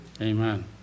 Amen